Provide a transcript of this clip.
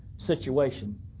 Situation